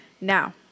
Now